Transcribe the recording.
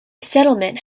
settlement